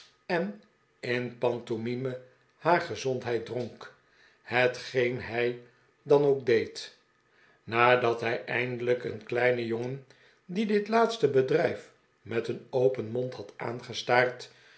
en in pantomime haar gezondheid dronk hetgeen hij dan ook deed nadat hij eindelijk een kleinen jongen die dit laatste bedrijf met een open mond had